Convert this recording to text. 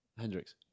Hendrix